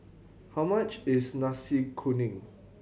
how much is Nasi Kuning